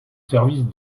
service